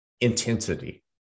intensity